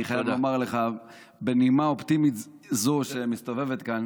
אני חייב לומר לך בנימה אופטימית זו שמסתובבת כאן